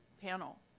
panel